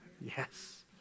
Yes